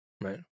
Right